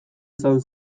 izan